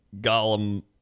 golem